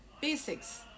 basics